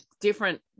different